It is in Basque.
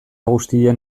guztian